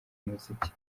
umuziki